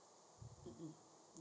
um um